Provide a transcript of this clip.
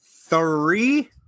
Three